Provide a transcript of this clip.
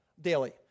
daily